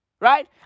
Right